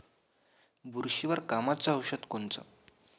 बुरशीवर कामाचं औषध कोनचं?